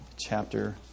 chapter